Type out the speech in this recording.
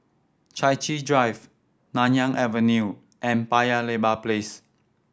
Chai Chee Drive Nanyang Avenue and Paya Lebar Place